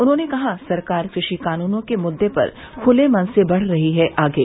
उन्होंने कहा सरकार कृषि कानूनों के मुद्दे पर खुले मन से बढ रही है आगे